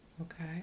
Okay